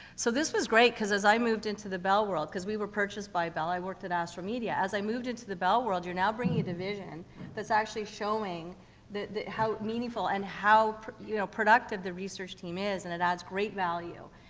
so this was great, cause as i moved into the bell world cause we were purchased by bell, i worked at astral media, as i moved into the bell world, you're now bringing a division that's actually showing the the how meaningful and how p you know, productive the research team is. and it adds great value.